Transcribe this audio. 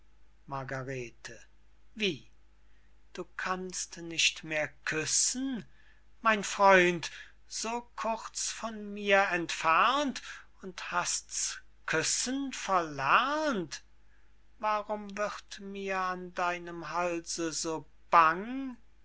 margarete wie du kannst nicht mehr küssen mein freund so kurz von mir entfernt und hast's küssen verlernt warum wird mir an deinem halse so bang